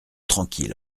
tranquille